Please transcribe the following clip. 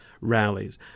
rallies